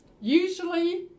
usually